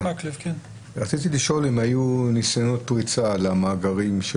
רציתי לשאול אם היו ניסיונות פריצה למאגרים,